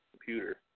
computer